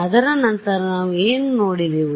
ಅದರ ನಂತರ ನಾವು ಏನು ನೋಡಿದೆವು